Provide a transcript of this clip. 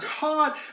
God